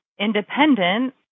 independent